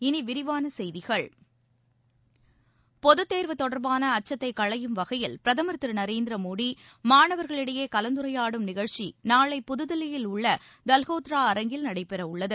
இனி விரிவான செய்திகள் பொதுத் தேர்வு தொடர்பான அச்சத்தைக் களையும் வகையில் பிரதமர் திரு நரேந்திர மோடி மாணவர்களிடையே கலந்துரையாடும் நிகழ்ச்சி நாளை புதுதில்லியில் உள்ள தல்கோத்ரா அரங்கில் நடைபெறவுள்ளது